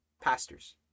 Pastors